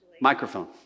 Microphone